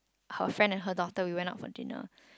her friend and her daughter we went out for dinner